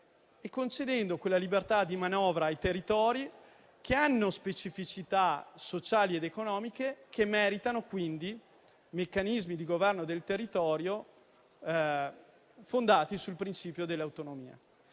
concedendo libertà di manovra ai territori che hanno specificità sociali ed economiche che meritano meccanismi di governo del territorio fondati sul principio dell'autonomia.